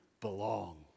belong